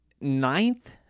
ninth